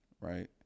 right